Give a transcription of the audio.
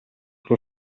può